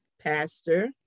pastor